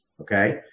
Okay